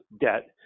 debt